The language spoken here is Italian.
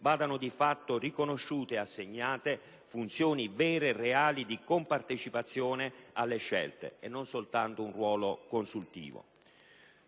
vanno di fatto riconosciute ed assegnate funzioni vere e reali di compartecipazione alle scelte e non soltanto un ruolo consultivo.